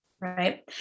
right